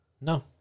No